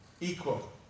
Equal